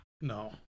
No